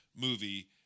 movie